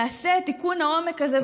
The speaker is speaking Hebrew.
תעשה את תיקון העומק הזה,